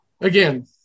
Again